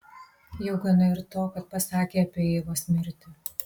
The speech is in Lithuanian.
jau gana ir to kad pasakė apie eivos mirtį